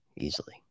easily